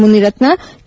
Munirathna K